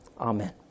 Amen